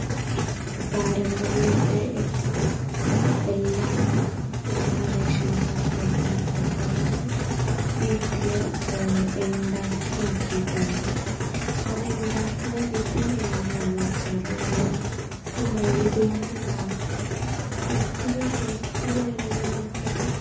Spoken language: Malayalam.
പാരമ്പര്യമായിട്ട് എപ്പോഴും എല്ലാ ജെനറേഷൻസും കഴിക്കണൊരു ഫുഡാണ് അതിന് വീട്ടിൽ ഉണ്ടാക്കി നോക്കിയിട്ടുണ്ട് അതുണ്ടാക്കണ വിധം എങ്ങനെയാണെന്ന് വച്ചാൽ നമ്മൾക്ക് മൈദ കൊണ്ടുണ്ടാക്കാം നമുക്കത് ഹെൽത്തി വേണമെങ്കിൽ നമുക്കത്